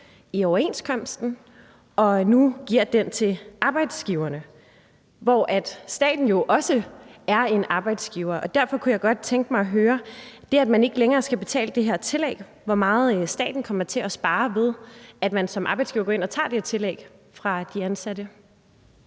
i overenskomsten, og giver dem til arbejdsgiverne, når staten jo også er en arbejdsgiver. Derfor kunne jeg godt tænke mig at spørge om det, at man ikke længere skal betale det her tillæg: Hvor meget kommer staten til at spare, ved at man som arbejdsgiver går ind og tager det her tillæg fra de ansatte?